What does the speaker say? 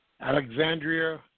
Alexandria